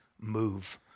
move